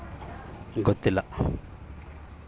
ಪರ್ಯಾಯ ಹಣಕಾಸು ಸಂಸ್ಥೆಗಳು ಹೇಗೆ ಕೆಲಸ ಮಾಡುತ್ತವೆ?